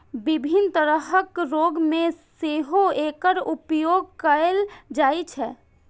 विभिन्न तरहक रोग मे सेहो एकर उपयोग कैल जाइ छै